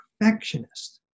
perfectionist